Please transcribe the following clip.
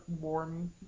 warm